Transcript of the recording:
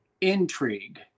intrigue